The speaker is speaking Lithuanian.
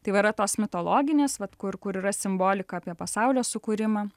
tai va yra tos mitologinės vat kur kur yra simbolika apie pasaulio sukūrimą